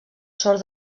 sort